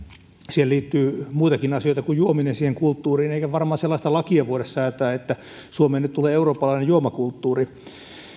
siihen kulttuuriin liittyy muitakin asioita kuin juominen eikä varmaan sellaista lakia voida säätää että suomeen nyt tulee eurooppalainen juomakulttuuri